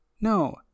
No